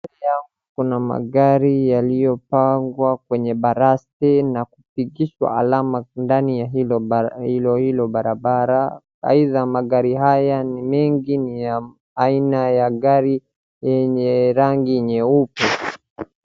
Mbele yangu kuna magari yaliyopangwa kwenye baraste na kupigishwa alama ndani ya hilo hilo barabara . Either magari haya mingi ni ya aina ya gari yenye rangi nyeupe.